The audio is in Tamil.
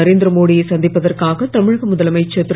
நரேந்திரமோடியை சந்திப்பதற்காக தமிழக முதலமைச்சர் திரு